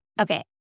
Okay